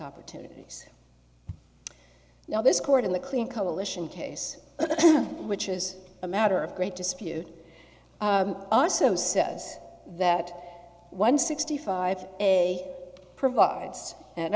opportunities now this court in the clean coalition case which is a matter of great dispute also says that one sixty five a provides and